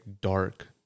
dark